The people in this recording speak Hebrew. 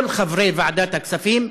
כל חברי ועדת הכספים,